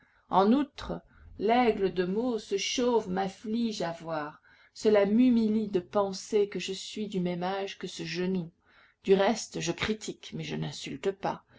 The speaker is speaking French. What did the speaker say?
en outre laigle de meaux ce chauve m'afflige à voir cela m'humilie de penser que je suis du même âge que ce genou du reste je critique mais je n'insulte pas